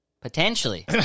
Potentially